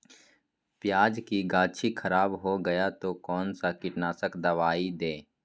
प्याज की गाछी खराब हो गया तो कौन सा कीटनाशक दवाएं दे?